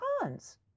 cons